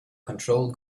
control